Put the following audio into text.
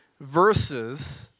verses